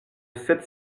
sept